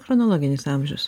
chronologinis amžius